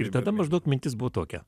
ir tada maždaug mintis buvo tokia